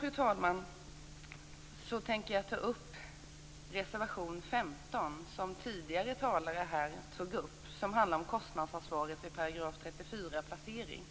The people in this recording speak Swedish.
Fru talman! Reservation 15, som tidigare talare här tog upp, handlar om kostnadsansvaret vid § 34 placering.